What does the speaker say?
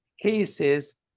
cases